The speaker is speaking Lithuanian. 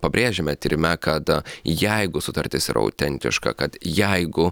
pabrėžiame tyrime kad jeigu sutartis yra autentiška kad jeigu